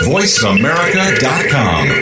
VoiceAmerica.com